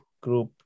Group